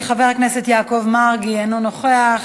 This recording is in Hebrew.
חבר הכנסת יעקב מרגי, אינו נוכח.